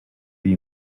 the